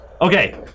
Okay